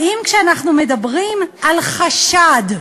האם כשאנחנו מדברים על חשד,